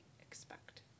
expect